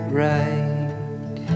right